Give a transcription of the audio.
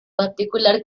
particular